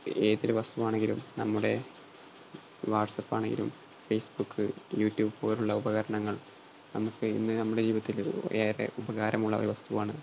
ഏതൊരു വസ്തുവാണെങ്കിലും നമ്മുടെ വാട്സാപ്പാണെങ്കിലും ഫേയ്സ്ബുക്ക് യൂട്യൂബ് പോലെയുള്ള ഉപകരണങ്ങൾ നമുക്ക് ഇന്ന് നമ്മുടെ ജീവിതത്തിൽ ഏറെ ഉപകാരമുള്ള ഒരു വസ്തുവാണ്